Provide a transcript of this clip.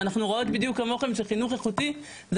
ואנחנו רואות בדיוק כמוכם שחינוך איכותי זה